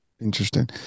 Interesting